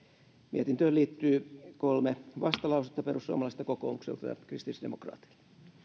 mietintöön liittyy kolme vastalausetta perussuomalaisilta ja kokoomukselta ja kristillisdemokraateilta